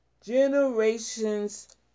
Generations